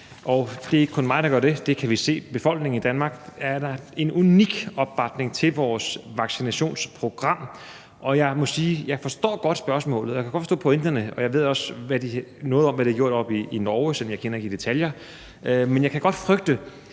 det er ikke kun mig, der gør det. Vi kan se, at der i befolkningen er en unik opbakning til vores vaccinationsprogram. Og jeg må sige: Jeg forstår godt spørgsmålet, og jeg kan godt forstå pointerne, og jeg ved også noget om, hvad de har gjort oppe i Norge, selv om jeg ikke kender det i detaljer. Men hvis man laver